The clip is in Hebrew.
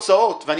בתנאי החוק.